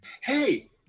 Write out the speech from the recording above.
Hey